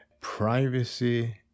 Privacy